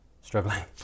struggling